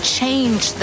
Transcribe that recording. change